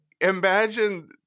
imagine